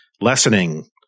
lessening